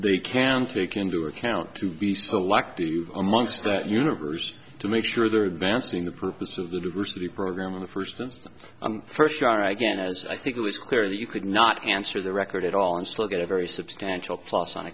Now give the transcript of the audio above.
they can take into account to be selective amongst the univers to make sure they're advancing the purpose of the diversity program in the first instance first try again as i think it was clear that you could not answer the record at all and still get a very substantial plus on